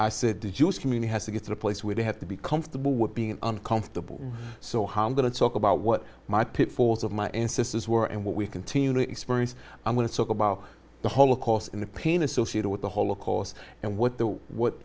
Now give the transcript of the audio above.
i said the jewish community has to get to a place where they have to be comfortable with being uncomfortable so how i'm going to talk about what my pitfalls of my ancestors were and what we continue to experience i'm going to talk about the holocaust and the pain associated with the holocaust and what that what